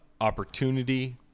opportunity